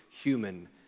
human